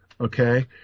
Okay